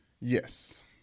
yes